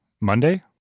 Monday